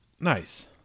Nice